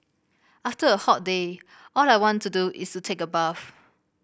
after a hot day all I want to do is take a bath